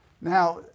Now